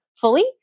fully